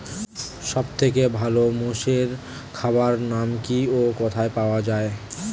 সব থেকে ভালো মোষের খাবার নাম কি ও কোথায় পাওয়া যায়?